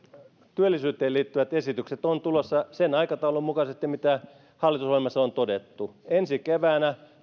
työllisyyteen liittyvät esitykset ovat tulossa sen aikataulun mukaisesti mitä hallitusohjelmassa on todettu ensi keväänä